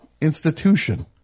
institution